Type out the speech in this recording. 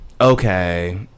okay